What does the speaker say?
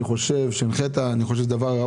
אני חושב שזה ראוי.